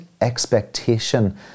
expectation